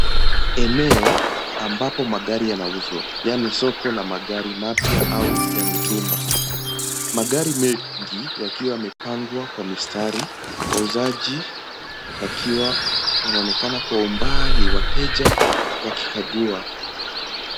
Eneo ambapo magari yanauzwa yani soko la magari mapya au ya mitumba. Magari mengi yakiwa yamepangwa kwa mistari , wauzaji wakiwa wanaonekana kwa umbali wateja wakikagua .